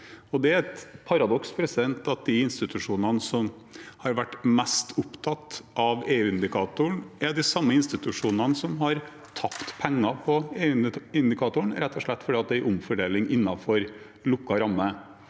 Det er også et paradoks at de institusjonene som har vært mest opptatt av EU-indikatoren, er de samme institusjonene som har tapt penger på den, rett og slett fordi det er en omfordeling innenfor lukket ramme.